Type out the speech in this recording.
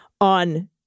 on